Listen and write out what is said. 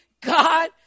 God